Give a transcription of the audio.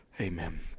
Amen